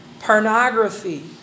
pornography